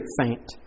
faint